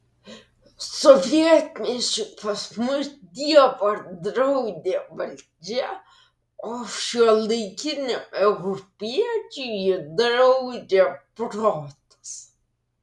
sovietmečiu pas mus dievą draudė valdžia o šiuolaikiniam europiečiui jį draudžia protas